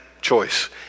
choice